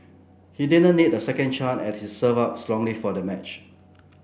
he didn't need a second chance as he served out strongly for the match